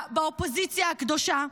באופוזיציה הקדושה.